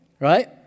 Right